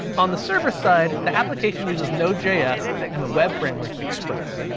on the server side, the application uses node js, and the web framework express.